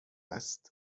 است